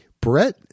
Brett